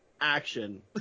action